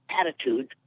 Attitude